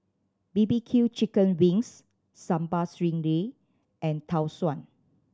bbq chicken wings Sambal Stingray and Tau Suan